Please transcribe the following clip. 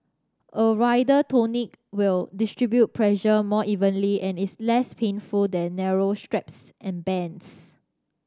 a wider tourniquet will distribute pressure more evenly and is less painful than narrow straps and bands